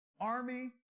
army